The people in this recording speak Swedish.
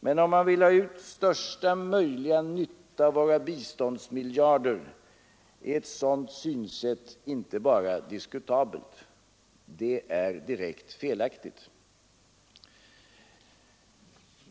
Men om man vill ha ut största möjliga nytta av våra biståndsmiljarder är ett sådant synsätt inte bara diskutabelt, det är direkt felaktigt.